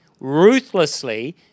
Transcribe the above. ruthlessly